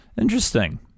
Interesting